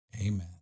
Amen